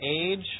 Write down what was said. age